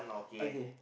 okay